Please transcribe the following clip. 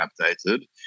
updated